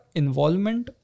involvement